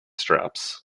straps